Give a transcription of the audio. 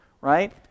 right